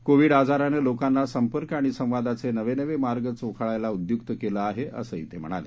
Covid आजारानं लोकांना संपर्क आणि संवादावे नवनवे मार्ग चोखाळायला उद्युक्त केलं आहे असंही ते म्हणाले